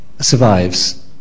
survives